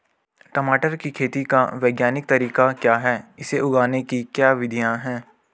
टमाटर की खेती का वैज्ञानिक तरीका क्या है इसे उगाने की क्या विधियाँ हैं?